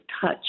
touch